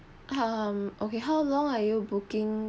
um okay how long are you booking